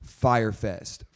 Firefest